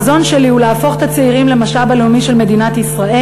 החזון שלי הוא להפוך את הצעירים למשאב הלאומי של מדינת ישראל.